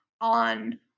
on